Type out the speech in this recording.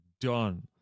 done